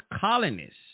colonists